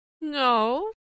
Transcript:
No